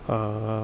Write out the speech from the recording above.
err